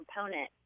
component